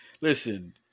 listen